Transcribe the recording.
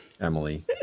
Emily